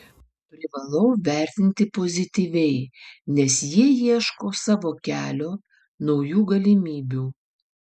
privalau vertinti pozityviai nes jie ieško savo kelio naujų galimybių